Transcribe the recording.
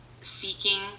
seeking